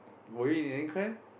were you in any clan